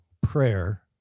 prayer